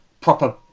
proper